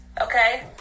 Okay